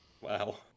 wow